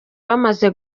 bamaze